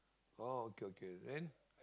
orh okay okay then